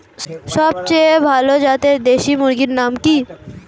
সবচেয়ে ভালো জাতের দেশি মুরগির নাম কি?